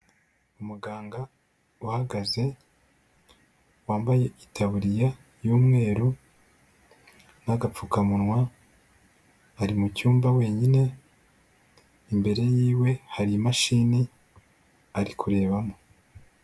Umuganga uhagaze wambaye itaburiya y'umweru n'agapfukamunwa, ari mu cyumba wenyine, imbere yiwe hari imashini ari kurebamo.